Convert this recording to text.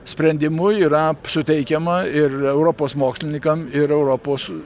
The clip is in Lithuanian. sprendimu yra suteikiama ir europos mokslininkam ir europos